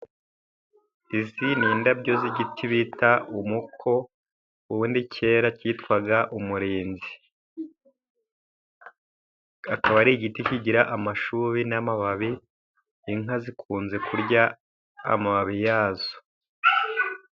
Izi ni indabyo z’igiti bita umuko. Ubundi kera kitwaga umurinzi, akaba ari igiti kigira amashubi n’amababi. Inka zikunze kurya amababi yacyo.